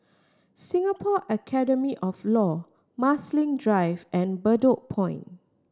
Singapore Academy of Law Marsiling Drive and Bedok Point